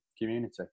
community